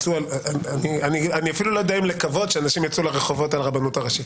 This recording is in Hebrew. אני אפילו לא יודע אם לקוות שאנשים יצאו לרחובות על הרבנות הראשית.